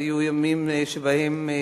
היו ימים שבהם,